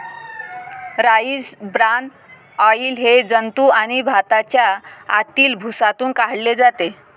rice bran oil हे जंतू आणि भाताच्या आतील भुसातून काढले जाते